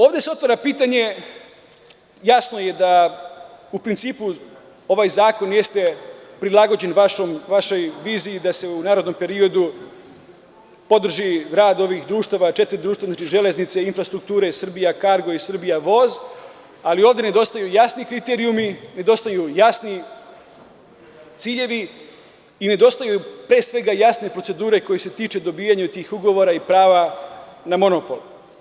Ovde se otvara pitanje i jasno je da u principu ovaj zakon jeste prilagođen vašoj viziji da se u narednom periodu podrži ovaj rad društava, četiri društva železnice, infrastrukture, „Srbija kargo“ i „Srbija voz“, ali ovde nedostaju jasni kriterijumi, nedostaju jasni ciljevi i nedostaju jasne procedure koje se tiču tih ugovora i prava na monopol.